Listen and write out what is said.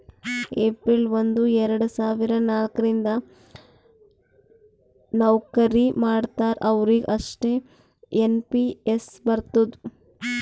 April ಒಂದು ಎರಡ ಸಾವಿರದ ನಾಲ್ಕ ರಿಂದ್ ನವ್ಕರಿ ಮಾಡ್ತಾರ ಅವ್ರಿಗ್ ಅಷ್ಟೇ ಎನ್ ಪಿ ಎಸ್ ಬರ್ತುದ್